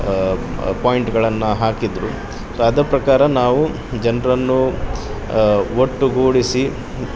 ಪಾಯಿಂಟ್ಗಳನ್ನು ಹಾಕಿದ್ದರು ಸೊ ಅದರ ಪ್ರಕಾರ ನಾವು ಜನರನ್ನು ಒಟ್ಟುಗೂಡಿಸಿ